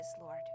Lord